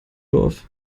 dorf